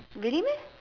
really meh